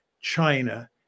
China